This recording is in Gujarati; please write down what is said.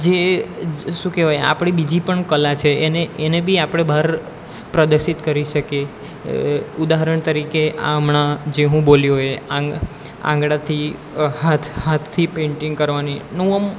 જે શું કહેવાય આપણે બીજી પણ કલા છે એને એને બી આપણે બહાર પ્રદર્શિત કરી શકીએ ઉદાહરણ તરીકે આ હમણાં જે હું બોલ્યો એ આંગ આંગળાથી હાથ હાથથી પેંટિંગ કરવાની નું આમ